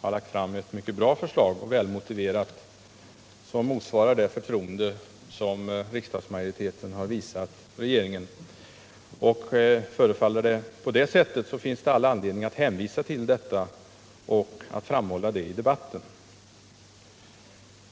har lagt fram ett mycket bra och välmotiverat förslag som motsvarar det förtroende som riksdagsmajoriteten har visat regeringen, och då finns det all anledning att hänvisa till detta och att framhålla det i debatten.